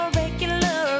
regular